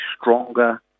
stronger